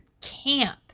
camp